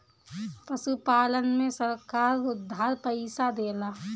पशुपालन में सरकार उधार पइसा देला?